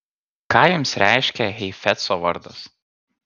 ką jums reiškia heifetzo vardas